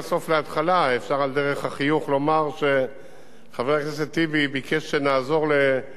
אפשר על דרך החיוך לומר שחבר הכנסת טיבי ביקש שנעזור למקום מגוריו,